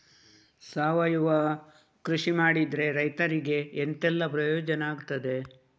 ಸಾವಯವ ಕೃಷಿ ಮಾಡಿದ್ರೆ ರೈತರಿಗೆ ಎಂತೆಲ್ಲ ಪ್ರಯೋಜನ ಆಗ್ತದೆ?